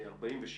46